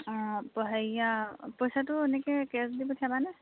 অঁ প হেৰিয়া পইচাটো এনেকৈ কেছ দি পঠিয়াবানে